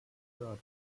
fördern